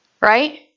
right